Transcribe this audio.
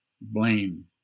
blame